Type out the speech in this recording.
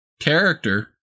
character